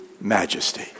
majesty